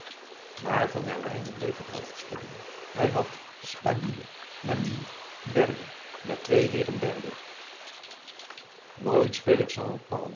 maar van herwijnen bleef het hoofd schudden hij had spadille manille derde met twee heeren derde nooit speel ik sans